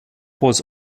was